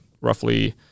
roughly